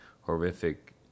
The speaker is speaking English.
horrific